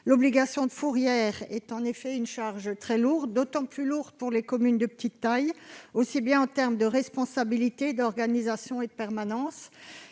L'obligation de fourrière est une charge très lourde, notamment pour les communes de petite taille, en termes de responsabilité, d'organisation et de permanence,